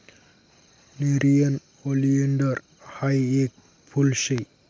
nerium oleander हायी येक फुल शे